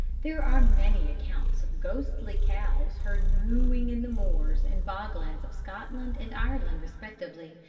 there are many accounts of ghostly cows heard mooing in the moors and bog-lands of scotland and ireland respectively,